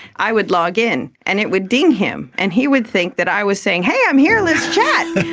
i would log in, and it would ding him, and he would think that i was saying hey i'm here, let's chat'.